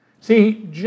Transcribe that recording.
See